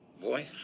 Boy